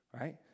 Right